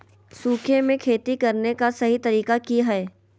सूखे में खेती करने का सही तरीका की हैय?